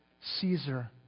Caesar